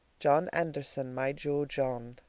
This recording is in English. john anderson, my jo john,